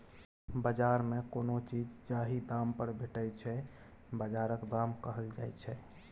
बजार मे कोनो चीज जाहि दाम पर भेटै छै बजारक दाम कहल जाइ छै